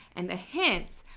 and the hints,